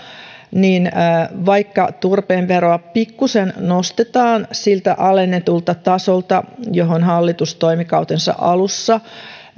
ja vaikka turpeen veroa pikkuisen nostetaan siltä alennetulta tasolta johon hallitus toimikautensa alussa